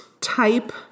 type